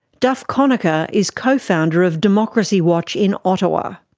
duff conacher is co-founder of democracy watch in ottawa.